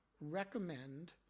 recommend